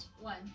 One